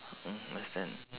mm understand